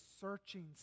searching